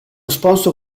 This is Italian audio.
sponsor